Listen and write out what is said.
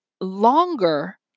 longer